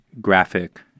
graphic